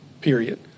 period